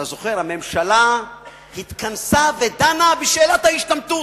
אתה זוכר, הממשלה התכנסה ודנה בשאלת ההשתמטות.